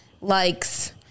likes